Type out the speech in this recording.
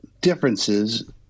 differences